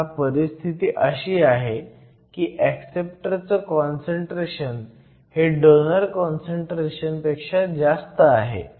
आता परिस्थिती अशी आहे की ऍक्सेप्टरचं काँसंट्रेशन हे डोनर पेक्षा जास्त आहे